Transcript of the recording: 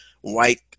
white